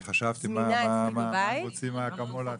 כי חשבתי מה רוצים מהפרוצטמול הזה.